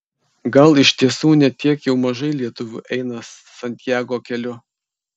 gal iš tiesų ne tiek jau mažai lietuvių eina santiago keliu